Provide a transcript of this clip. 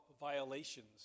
violations